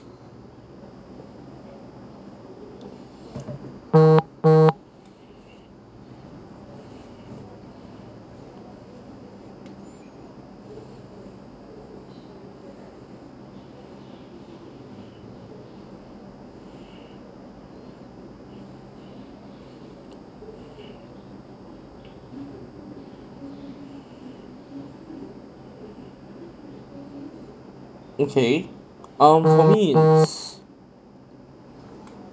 okay um for me is